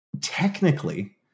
technically